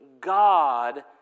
God